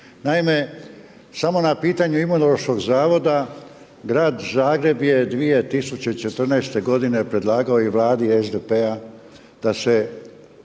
Naime, samo na pitanju Imunološkog zavoda grad Zagreb je 2014. godine predlagao i Vladi SDP-a da se